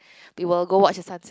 we will go watch a sunset